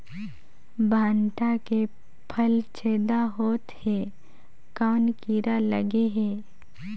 भांटा के फल छेदा होत हे कौन कीरा लगे हे?